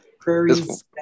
Prairies